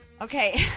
okay